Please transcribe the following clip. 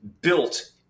built